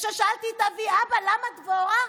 וכששאלתי את אבי: אבא, למה דבורה?